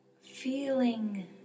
feeling